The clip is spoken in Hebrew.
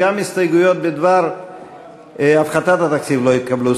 בדבר הפחתת תקציב לא נתקבלו.